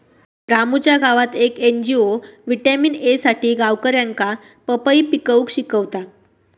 रामूच्या गावात येक एन.जी.ओ व्हिटॅमिन ए साठी गावकऱ्यांका पपई पिकवूक शिकवता